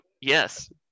yes